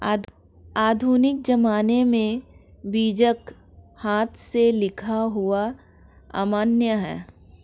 आधुनिक ज़माने में बीजक हाथ से लिखा हुआ अमान्य है